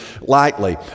lightly